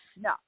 No